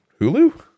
Hulu